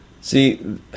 see